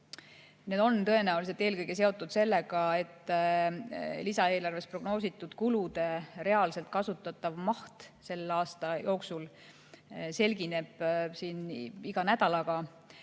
Need on tõenäoliselt eelkõige seotud sellega, et lisaeelarves prognoositud kulude reaalselt kasutatav maht selle aasta jooksul selgineb siin iga nädalaga.